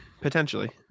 Potentially